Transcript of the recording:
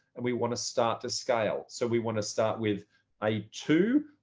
and we want to start to scale. so we want to start with a two,